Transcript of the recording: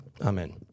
Amen